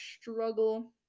struggle